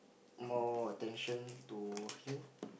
more attention to him